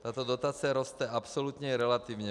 Tato dotace roste absolutně relativně.